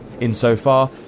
insofar